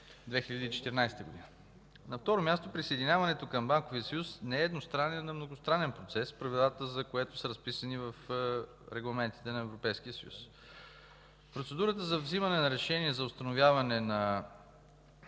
2014 г. На второ място, присъединяването към Банковия съюз не е едностранен, а многостранен процес, правилата за който са записани в регламентите на Европейския съюз. Процедурата за вземане на решение за установяване на